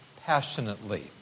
passionately